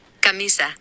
Camisa